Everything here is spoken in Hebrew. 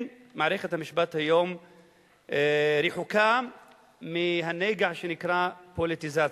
מערכת המשפט היום רחוקה מהנגע שנקרא פוליטיזציה?